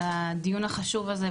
על הדיון החשוב הזה,